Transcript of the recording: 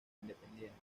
independiente